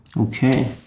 Okay